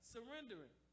Surrendering